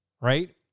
right